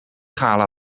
gala